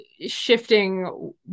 shifting